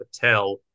Patel